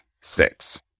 six